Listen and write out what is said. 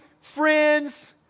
friends